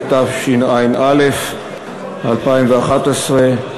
התשע"א 2011,